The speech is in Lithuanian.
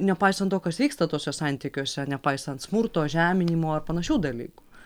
nepaisant to kas vyksta tuose santykiuose nepaisant smurto žeminimo ar panašių dalykų